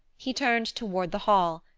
he turned toward the hall,